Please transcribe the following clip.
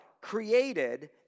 created